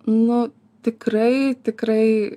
nu tikrai tikrai